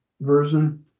version